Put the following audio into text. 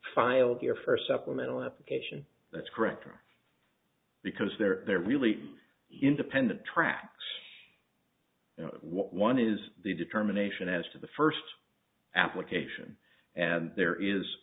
filed your first supplemental application that's correct because they're they're really independent tracks one is the determination as to the first application and there is